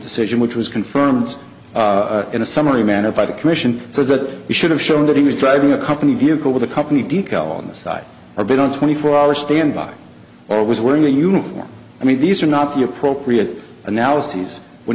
decision which was confirmed in a summary manner by the commission so that we should have shown that he was driving a company vehicle with a company decal on the side or been on twenty four hour standby or was wearing a uniform i mean these are not the appropriate analyses when